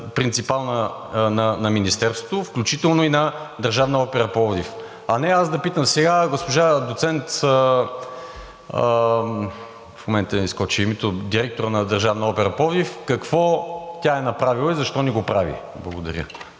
принципал на Министерството, включително и на Държавна опера – Пловдив. А не аз да питам сега, госпожа доцент, в момента ми изкочи името, директор на Държавна опера – Пловдив, какво тя е направила и защо не го прави? Благодаря.